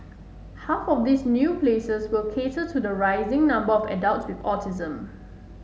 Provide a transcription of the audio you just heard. half of these new places will cater to the rising number of adults with autism